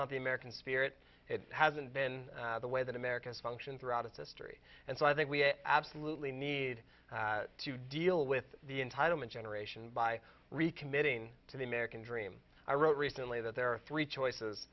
not the american spirit it hasn't been the way that america's function throughout its history and so i think we absolutely need to deal with the entitlement generation by recommitting to the american dream i wrote recently that there are three